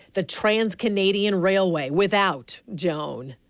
the trans-canadian railway without joan.